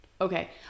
Okay